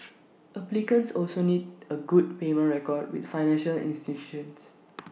applicants also need A good payment record with financial institutions